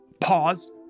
pause